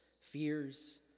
fears